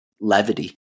levity